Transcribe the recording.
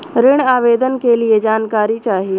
ऋण आवेदन के लिए जानकारी चाही?